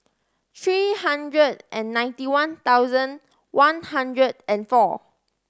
three hundred and ninety one thousand one hundred and four